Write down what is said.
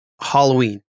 Halloween